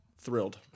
thrilled